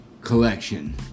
Collection